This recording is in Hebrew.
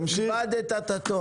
איבדת את הזכות.